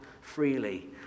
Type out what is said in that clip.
freely